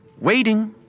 Waiting